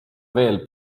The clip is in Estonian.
veel